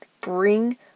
bring